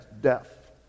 death